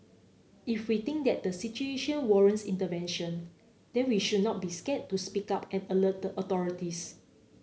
if we think that the situation warrants intervention then we should not be scared to speak up and alert the authorities